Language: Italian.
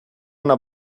una